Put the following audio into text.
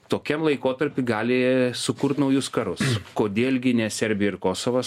tokiam laikotarpiui gali sukurt naujus karus kodėl gi ne serbija ir kosovas